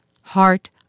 heart